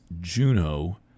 Juno